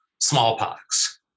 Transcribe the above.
smallpox